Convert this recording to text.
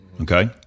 okay